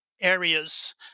areas